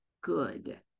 good